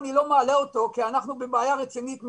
אני לא מעלה אותו כי אנחנו בבעיה רצינית מאוד,